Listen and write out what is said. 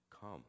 come